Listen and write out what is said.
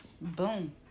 Boom